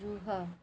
ରୁହ